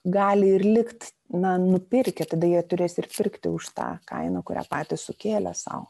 gali ir likt na nupirkę tada jie turės ir pirkti už tą kainą kurią patys sukėlė sau